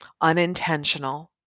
Unintentional